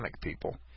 people